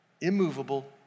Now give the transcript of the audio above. immovable